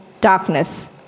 darkness